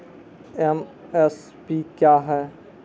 MSP क्या है?